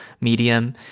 medium